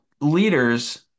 leaders